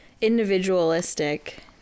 individualistic